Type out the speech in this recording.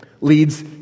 leads